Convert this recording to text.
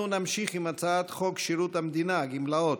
אנחנו נמשיך בהצעת חוק שירות המדינה (גמלאות)